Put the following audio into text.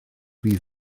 fydd